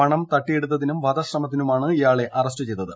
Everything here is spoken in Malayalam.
പണം തട്ടിയെടുത്തിരും വധശ്രമത്തിനുമാണ് ഇയാളെ അറസ്റ്റു ചെയ്തത്